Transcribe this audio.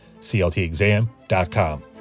cltexam.com